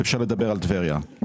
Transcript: אפשר לדבר על טבריה.